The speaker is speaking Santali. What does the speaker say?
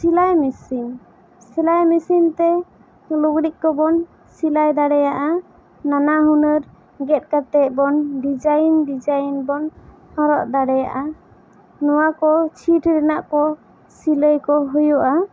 ᱥᱤᱞᱟᱭ ᱢᱤᱥᱤᱱ ᱥᱤᱞᱟᱭ ᱢᱤᱥᱤᱱ ᱛᱮ ᱞᱩᱜᱽᱲᱤᱜ ᱠᱚᱵᱚᱱ ᱥᱤᱞᱟᱭ ᱫᱟᱲᱮᱭᱟᱜᱼᱟ ᱱᱟᱱᱟ ᱦᱩᱱᱟᱹᱨ ᱜᱮᱫ ᱠᱟᱛᱮ ᱵᱚᱱ ᱰᱤᱡᱟᱭᱤᱱ ᱰᱤᱡᱟᱭᱤᱱ ᱵᱚᱱ ᱦᱚᱨᱚᱜ ᱫᱟᱲᱮᱭᱟᱜᱼᱟ ᱱᱚᱣᱟ ᱠᱚ ᱪᱷᱤᱴ ᱨᱮᱱᱟᱜ ᱠᱚ ᱥᱤᱞᱟᱹᱭ ᱠᱚ ᱦᱩᱭᱩᱜᱼᱟ